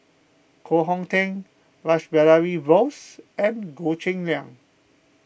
Koh Hong Teng Rash Behari Bose and Goh Cheng Liang